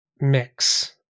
mix